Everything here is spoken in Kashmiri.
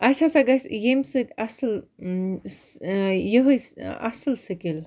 اَسہِ ہَسا گَژھِ ییٚمہِ سۭتۍ اَصٕل یِہٕے اَصٕل سِکِل